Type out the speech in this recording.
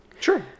Sure